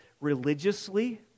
religiously